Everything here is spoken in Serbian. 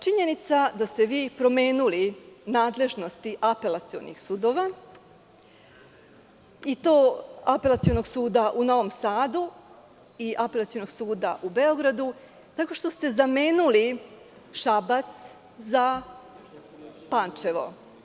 Činjenica da ste vi promenili nadležnosti apelacionih sudova, i to Apelacionog suda u Novom Sadu i Apelacionog suda u Beogradu, tako što ste zamenili Šabac za Pančevo.